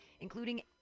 including